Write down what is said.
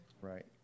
Right